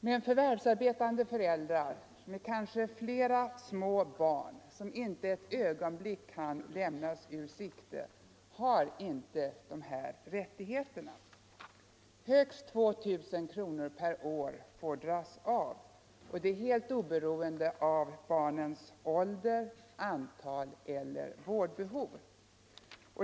Men förvärvsarbetande föräldrar med kanske flera små barn, som inte ett ögonblick kan lämnas ur sikte, har inte dessa rättigheter. Högst 2 000 kronor per år får dras av och det helt oberoende av barnens ålder, antal eller vårdbehov.